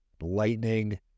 lightning